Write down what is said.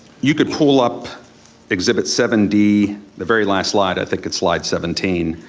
you could pull up exhibit seven d, the very last slide, i think it's slide seventeen,